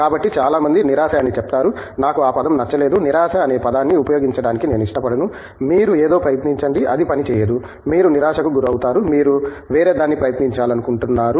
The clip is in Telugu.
కాబట్టి చాలా మంది నిరాశ అని చెప్తారు నాకు ఆ పదం నచ్చలేదు నిరాశ అనే పదాన్ని ఉపయోగించటానికి నేను ఇష్టపడను మీరు ఏదో ప్రయత్నించండి అది పని చేయదు మీరు నిరాశకు గురవుతారు మీరు వేరేదాన్ని ప్రయత్నించాలనుకుంటున్నారు